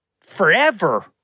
forever